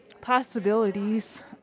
Possibilities